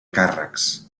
càrrecs